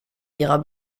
ihrer